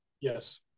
Yes